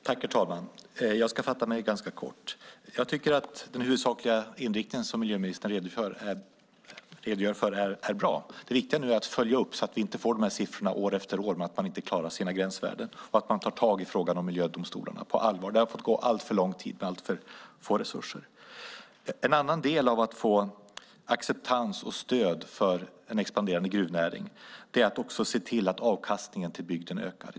Herr talman! Jag ska fatta mig ganska kort. Jag tycker att den huvudsakliga inriktning som miljöministern redogör för är bra. Det viktiga är nu att följa upp så att vi inte får de här siffrorna år efter år därför att man inte klarar sina gränsvärden och att man tar tag i frågan om miljödomstolarna på allvar. Det har fått gå alltför lång tid med alltför få resurser. En annan del av att få acceptans och stöd för en expanderande gruvnäring är att se till att avkastningen till bygden ökar.